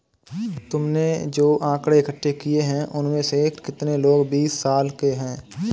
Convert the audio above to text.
तुमने जो आकड़ें इकट्ठे किए हैं, उनमें से कितने लोग बीस साल के हैं?